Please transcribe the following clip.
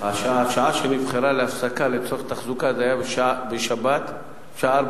השעה שנבחרה להפסקה לצורך תחזוקה זה היה בשבת בשעה